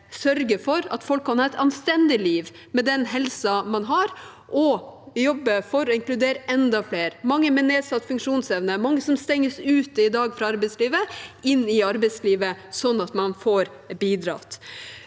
sørge for at folk kan ha et anstendig liv med den helsen de har, og jobbe for å inkludere enda flere – mange med nedsatt funksjonsevne, mange som i dag stenges ute fra arbeidslivet – inn i arbeidslivet, slik at man får bidratt.